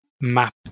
map